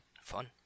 Fun